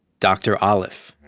dr. aleph,